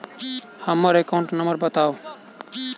हम्मर account number बताऊ?